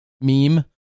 meme